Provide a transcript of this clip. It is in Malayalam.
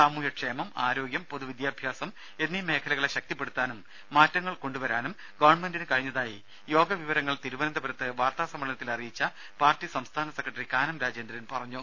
സാമൂഹ്യക്ഷേമം ആരോഗ്യം പൊതു വിദ്യാഭ്യാസം എന്നീ മേഖലകളെ ശക്തിപ്പെടുത്താനും മാറ്റങ്ങൾ കൊണ്ടുവരാനും ഗവൺമെന്റിന് കഴിഞ്ഞതായി യോഗ വിവരങ്ങൾ തിരുവനന്തപുരത്ത് വാർത്താ സമ്മേളനത്തിൽ അറിയിച്ച പാർട്ടി സംസ്ഥാന സെക്രട്ടറി കാനം രാജേന്ദ്രൻ പറഞ്ഞു